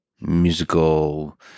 musical